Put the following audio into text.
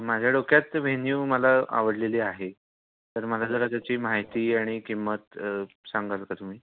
माझ्या डोक्यात व्हेन्यू मला आवडलेली आहे तर मला जरा त्याची माहिती आणि किंमत सांगाल का तुम्ही